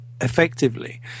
effectively